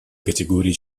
категории